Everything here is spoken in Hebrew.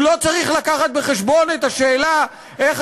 הוא לא צריך להביא בחשבון את השאלה איך